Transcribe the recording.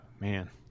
man